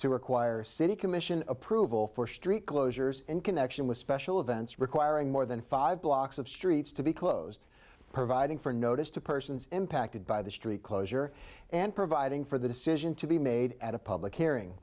to require city commission approval for street closures in connection with special events requiring more than five blocks of streets to be closed providing for notice to persons impacted by the street closure and providing for the decision to be made at a public hearing